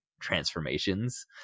transformations